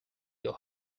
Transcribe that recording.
your